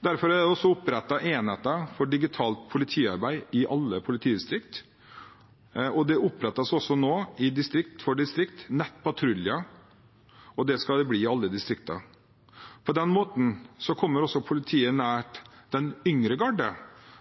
Derfor er det også opprettet enheter for digitalt politiarbeid i alle politidistrikt, og det opprettes nå – i distrikt for distrikt – nettpatruljer, og det skal det bli i alle distriktene. På den måten kommer også politiet nær den yngre garde,